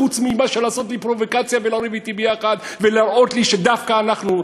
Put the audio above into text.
חוץ מאשר לעשות לי פרובוקציה ולריב אתי יחד ולהראות לי שדווקא אנחנו?